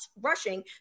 rushing